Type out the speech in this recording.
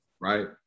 Right